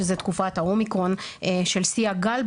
שזאת תקופה האומיקרון של שיא הגל,